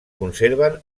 conserven